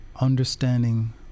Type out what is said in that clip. understanding